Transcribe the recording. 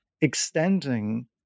extending